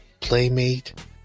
playmate